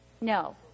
no